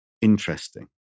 interesting